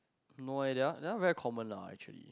no eh they are they are very common lah actually